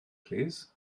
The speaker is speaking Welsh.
plîs